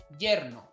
Yerno